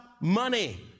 money